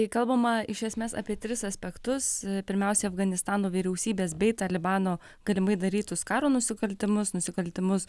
kai kalbama iš esmės apie tris aspektus pirmiausia afganistano vyriausybės bei talibano galimai darytus karo nusikaltimus nusikaltimus